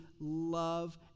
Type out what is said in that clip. love